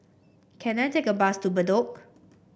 can I take a bus to Bedok